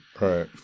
Right